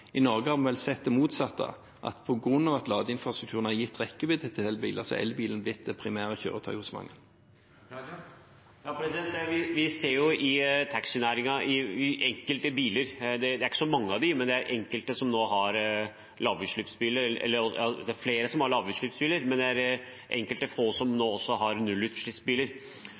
I Norge har vi vel sett det motsatte, at på grunn av at ladeinfrastrukturen har gitt rekkevidde til elbiler, er elbilen blitt det primære kjøretøy for mange. Vi ser i taxinæringen at det er enkelte som nå har lavutslippsbiler. Det er flere som har lavutslippsbiler, men det er noen få nå som også har nullutslippsbiler, men det er ikke så mange av dem. Det er klart det er en nokså dyr bil ut fra det avgiftsregimet som taxinæringen ellers har.